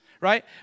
right